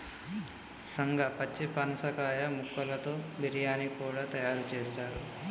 రంగా పచ్చి పనసకాయ ముక్కలతో బిర్యానీ కూడా తయారు చేస్తారు